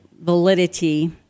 validity